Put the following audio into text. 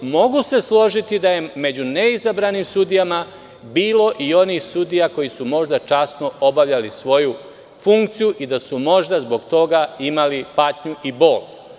Mogu se složiti da je među neizabranim sudijama bilo i onih sudija koji su možda časno obavljali svoju funkciju i da su možda zbog toga imali patnju i bol.